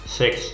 six